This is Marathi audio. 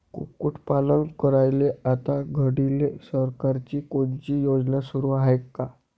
कुक्कुटपालन करायले आता घडीले सरकारची कोनची योजना सुरू हाये का?